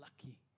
lucky